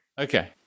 Okay